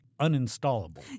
uninstallable